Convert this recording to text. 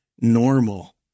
normal